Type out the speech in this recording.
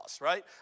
right